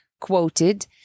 quoted